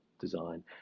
design